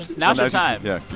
now's your time yeah.